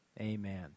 Amen